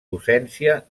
docència